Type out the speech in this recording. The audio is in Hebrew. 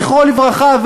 זכרו לברכה,